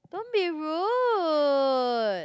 don't be rude